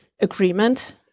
agreement